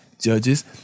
Judges